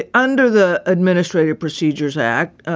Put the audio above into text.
ah under the administrative procedures act,